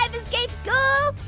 um escaped school.